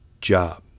job